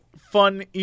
Fun